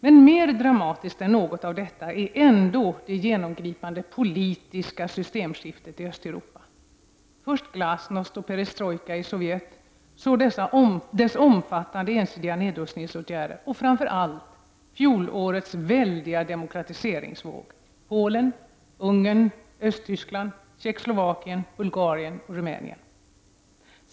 Men mer dramatiskt än något av detta är ändå det genomgripande politiska systemskiftet i Östeuropa: Först glasnost och perestrojka i Sovjet och sedan dess omfattande, ensidiga nedrustningsåtgärder och framför allt fjolårets väldiga demokratiseringsvåg i Polen, Ungern, Östtyskland, Tjeckoslovakien, Bulgarien och Rumänien.